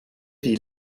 die